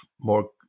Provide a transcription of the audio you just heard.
more